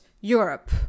Europe